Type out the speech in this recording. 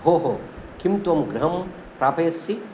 भोः किं त्वं गृहं प्रापयसि